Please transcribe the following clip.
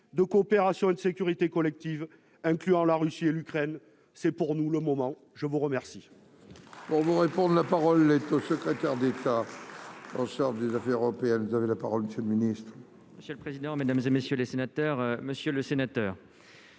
de coopération et de sécurité collective incluant la Russie et l'Ukraine, c'est pour nous le moment, je vous remercie. Pour vous, la parole est au secrétaire d'État au sort des Affaires européennes, vous avez la parole monsieur le Ministre. Monsieur le président, Mesdames et messieurs les sénateurs, Monsieur le Sénateur,